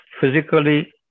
physically